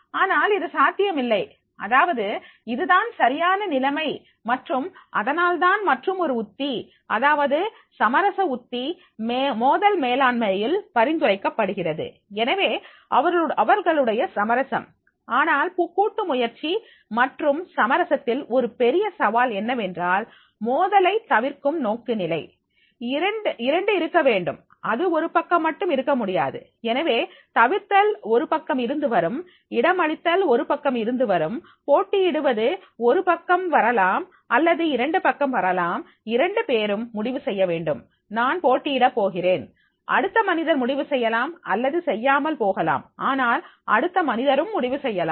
ஆனால் இது சாத்தியமில்லை அதாவது இதுதான் சரியான நிலைமை மற்றும் அதனால்தான் மற்றும் ஒரு உத்தி அதாவது சமரச உத்தி மோதல் மேலாண்மையில் பரிந்துரைக்கப்படுகிறது எனவே அவர்களுடைய சமரசம் ஆனால் கூட்டு முயற்சி மற்றும் சமரசத்தில் ஒரு பெரிய சவால் என்னவென்றால் மோதலை தவிர்க்கும் நோக்குநிலை இரண்டு இருக்க வேண்டும் இது ஒரு பக்கம் மட்டும் இருக்க முடியாது எனவே தவிர்த்தல் ஒரு பக்கம் இருந்து வரும்இடம் அளித்தல் ஒரு பக்கம் இருந்து வரும்போட்டியிடுவது ஒரு பக்கம் வரலாம் அல்லது இரண்டு பக்கம் வரலாம் இரண்டு பேரும் முடிவு செய்ய வேண்டும் நான் போட்டியிட போகிறேன் அடுத்த மனிதர் முடிவு செய்யலாம் அல்லது செய்யாமல் போகலாம் ஆனால் அடுத்த மனிதரும் முடிவு செய்யலாம்